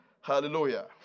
Hallelujah